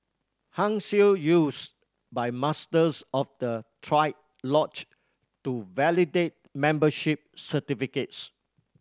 Hung Seal used by Masters of the triad lodge to validate membership certificates